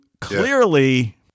clearly